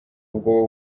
ubwo